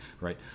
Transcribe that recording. right